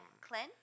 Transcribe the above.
Clint